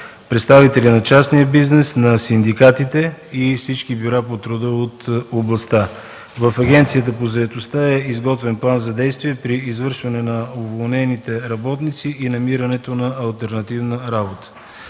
представители на частния бизнес, на синдикатите и всички бюра по труда от областта. В Агенцията по заетостта е изготвен план за действие при извършване на уволнение на работниците и за намирането на алтернативна работа.